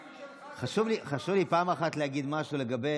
חשוב לי פעם אחת להגיד משהו לגבי